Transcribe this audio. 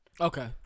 Okay